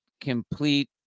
complete